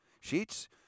Sheets